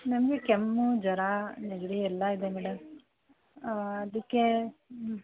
ನಮಗೆ ಕೆಮ್ಮು ಜ್ವರ ನೆಗಡಿ ಎಲ್ಲ ಇದೆ ಮೇಡಮ್ ಅದಕ್ಕೆ ಹ್ಞೂ